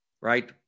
right